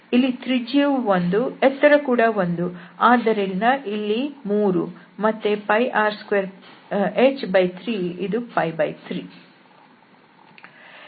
ಇಲ್ಲಿ ತ್ರಿಜ್ಯವು 1 ಎತ್ತರ ಕೂಡ 1 ಆದ್ದರಿಂದ ನಮಗೆ ಇಲ್ಲಿ 3 ಮತ್ತು r2h3 ಇದು 3